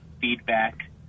feedback